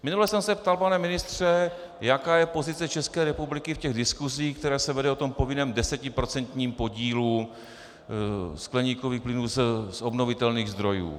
Minule jsem se ptal, pane ministře, jaká je pozice České republiky v diskusích, které se vedou o tom povinném 10procentním podílu skleníkových plynů z obnovitelných zdrojů.